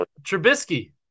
Trubisky